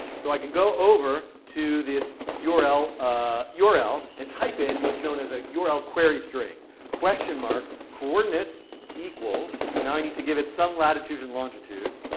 so i can go over to this yeah url ah yeah url and type in what's known as a yeah url query string question mark coordinates equals. now i need to give it some latitude and longitude.